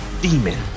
Demon